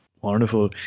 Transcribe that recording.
Wonderful